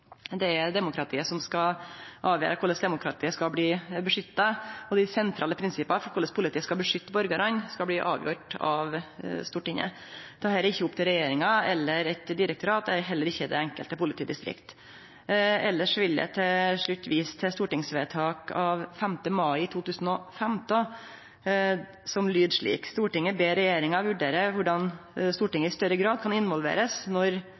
det er omtala i proposisjonen. Det er demokratiet som skal avgjere korleis demokratiet skal bli beskytta, og dei sentrale prinsippa for korleis politiet skal beskytte borgarane, skal bli avgjorde av Stortinget. Dette er ikkje opp til regjeringa eller eit direktorat, og heller ikkje det enkelte politidistriktet. Elles vil eg til slutt vise til stortingsvedtak av 5. mai 2015, som lyder slik: «Stortinget ber regjeringen vurdere hvordan Stortinget i større grad kan involveres når